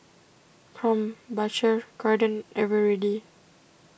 Krombacher garden Eveready